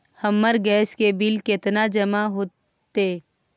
हमर गैस के बिल केना जमा होते?